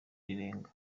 rirenga